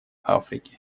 африки